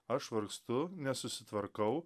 aš vargstu nesusitvarkau